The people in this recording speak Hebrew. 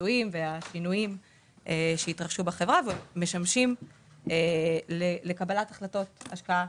הביצועים והשינויים שהתרחשו בחברה ומשמשים לקבלת החלטות השפעה,